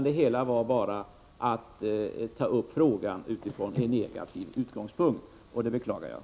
Det rörde sig bara om att ta upp frågan utifrån en negativ utgångspunkt, och det beklagar jag.